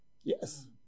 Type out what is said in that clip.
Yes